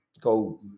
Go